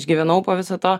išgyvenau po viso to